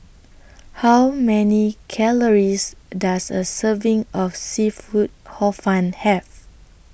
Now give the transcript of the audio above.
How Many Calories Does A Serving of Seafood Hor Fun Have